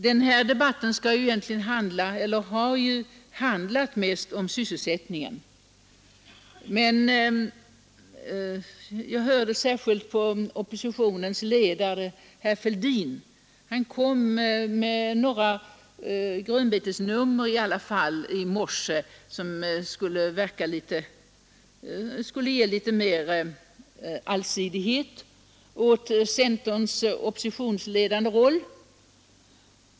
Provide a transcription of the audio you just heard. Den här debatten har mest handlat om sysselsättningen. Men oppositionens ledare herr Fälldin kom i alla fall i morse med några grönbetesnummer som skulle ge litet mer allsidighet åt centerns oppositionsledande roll.